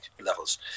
levels